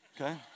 okay